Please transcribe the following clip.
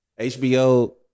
HBO